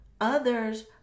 others